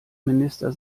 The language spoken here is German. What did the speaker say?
minister